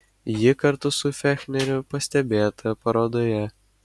ji kartu su fechneriu pastebėta parodoje